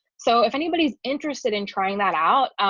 so if anybody's interested in trying that out,